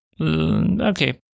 Okay